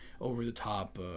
over-the-top